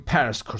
Paris